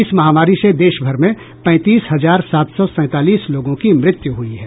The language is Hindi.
इस महामारी से देश भर में पैंतीस हजार सात सौ सैतालीस लोगों की मृत्यु हुई है